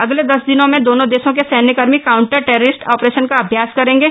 अगले दस दिनों में दोनों देशों के सैन्यकर्मी काउंटर टेरेरिस्ट ऑपरेशन का अभ्यास करेंगे